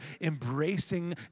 embracing